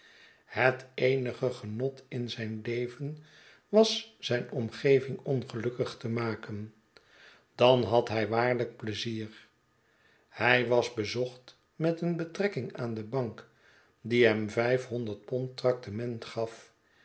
het eenige genot in zijn leven was zijn omgeving ongelukkig te maken dan had hij waarlijk pleizier hij was bezocht met een betrekking aan de bank die hem vijfhonderd pond traktement gaf